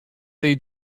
they